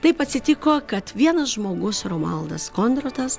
taip atsitiko kad vienas žmogus romualdas kondrotas